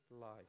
life